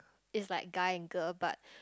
is like guy and girl but